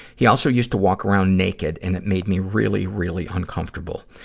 he also used to walk around naked and it made me really, really uncomfortable.